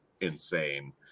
insane